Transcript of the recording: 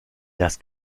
das